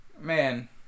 man